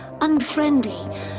unfriendly